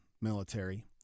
military